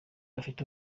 bafite